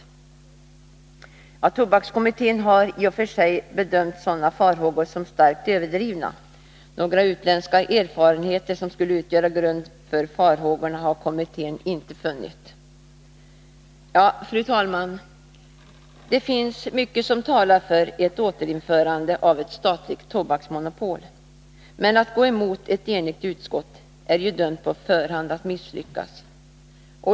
Tobakskommittén har i och för sig bedömt sådana farhågor som starkt överdrivna. Några utländska erfarenheter som skulle utgöra grund för farhågorna har kommittén inte funnit. Fru talman! Det finns mycket som talar för ett återinförande av ett statligt tobaksmonopol. Men att gå emot ett enigt utskott är ju dömt på förhand att misslyckas.